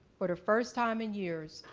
for the first time in years,